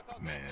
Man